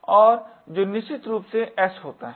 और जो निश्चित रूप से s होता है